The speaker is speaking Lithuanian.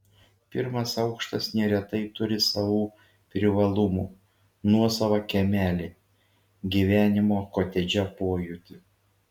pirmas aukštas neretai turi savų privalumų nuosavą kiemelį gyvenimo kotedže pojūtį